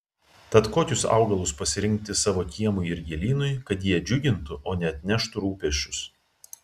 tad kokius augalus pasirinkti savo kiemui ir gėlynui kad jie džiugintų o ne atneštų rūpesčius